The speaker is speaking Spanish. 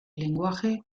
lenguaje